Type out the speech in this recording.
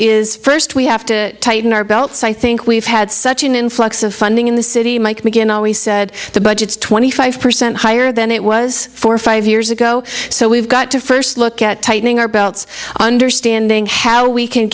is first we have to tighten our belts i think we've had such an influx of funding in the city mike mcginn always said the budget is twenty five percent higher than it was four or five years ago so we've got to first look at tightening our belts understanding how we can